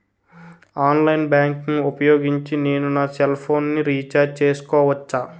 Online banking ఊపోయోగించి నేను నా సెల్ ఫోను ని రీఛార్జ్ చేసుకోవచ్చా?